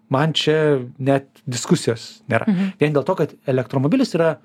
man čia net diskusijos nėra vien dėl to kad elektromobilis yra